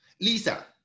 Lisa